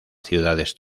ciudades